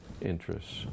interests